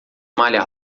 malha